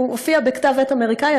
הוא הופיע בכתב-עת אמריקאי.